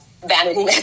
vanity